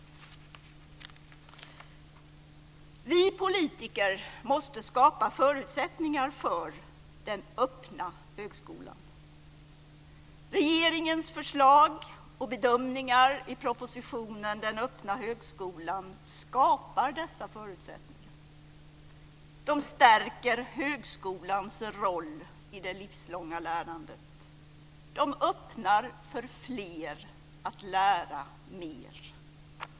Vi politiker måste skapa förutsättningar för den öppna högskolan. Regeringens förslag och bedömningar i propositionen Den öppna högskolan skapar dessa förutsättningar. De stärker högskolans roll i det livslånga lärandet. De öppnar för fler att lära mer.